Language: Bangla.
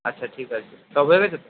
আচ্ছা ঠিক আছে সব হয়ে গেছে তো